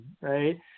right